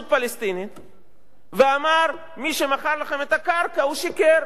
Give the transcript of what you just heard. הפלסטינית ואמר: מי שמכר לכם את הקרקע שיקר,